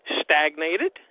stagnated